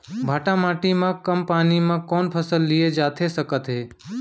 भांठा माटी मा कम पानी मा कौन फसल लिए जाथे सकत हे?